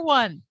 one